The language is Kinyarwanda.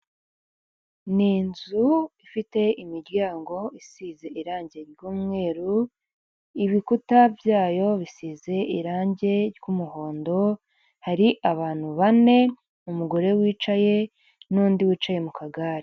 Ni inzu ifite imiryango isize irangi r'umweru ibikuta byayo bisize irangi ry'umuhondo hari abantu bane umugore wicaye nundi wicaye mu kagare.